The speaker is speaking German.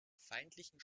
feindlichen